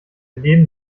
leben